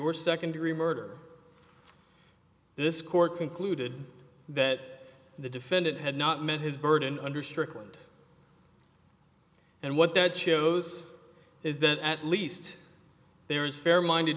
or second degree murder this court concluded that the defendant had not met his burden under strickland and what that shows is that at least there is fair minded